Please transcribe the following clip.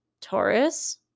Taurus